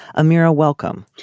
a mirror ah welcome.